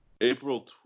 April